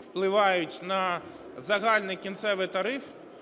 впливають на загальний кінцевий тариф.